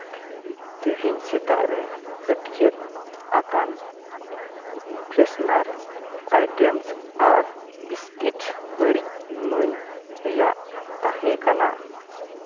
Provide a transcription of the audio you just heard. ᱛᱮᱦᱮᱧ ᱥᱮᱛᱟᱜ ᱨᱮ ᱦᱟᱹᱴᱭᱟᱹᱜ ᱟᱠᱟᱱ ᱯᱷᱨᱮᱥᱱᱟᱨ ᱟᱭᱴᱮᱢᱥ ᱟᱨ ᱵᱤᱥᱠᱩᱴ ᱵᱟᱹᱲᱤᱡ ᱢᱟᱹᱧ ᱨᱮᱭᱟᱜ ᱛᱟᱦᱮᱸ ᱠᱟᱱᱟ